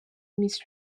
miss